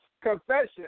Confession